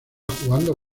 jugando